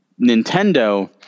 Nintendo